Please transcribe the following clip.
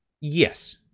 Yes